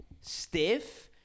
stiff